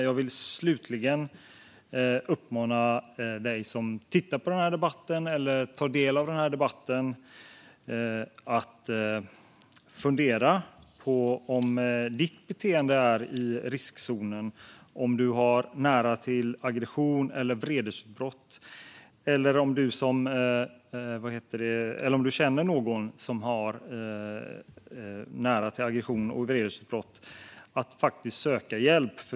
Jag vill slutligen uppmana den som tittar på den här debatten eller på annat sätt tar del av den att fundera över: Är ditt eget beteende i riskzonen? Har du nära till aggression eller vredesutbrott, eller känner du någon som har nära till aggression och vredesutbrott? I ett sådant läge bör man söka hjälp.